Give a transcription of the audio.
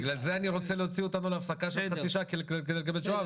לכן אני רוצה להוציא אותנו להפסקה של חצי שעה כדי לקבל תשובה.